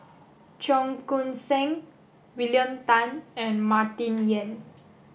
Cheong Koon Seng William Tan and Martin Yan